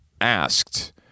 asked